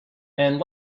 and